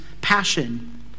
passion